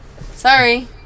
sorry